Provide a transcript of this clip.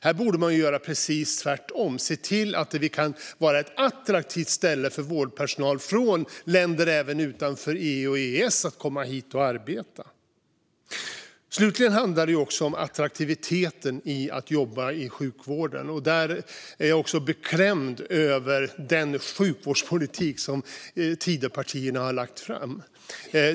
Man borde göra precis tvärtom: se till att vi kan vara ett attraktivt ställe för vårdpersonal, även från länder utanför EU och EES, så att de vill komma hit och arbeta. Slutligen handlar det också om attraktiviteten i att jobba i sjukvården. Där är jag också beklämd över den sjukvårdspolitik som Tidöpartierna har lagt fram.